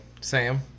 Sam